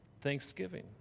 thanksgiving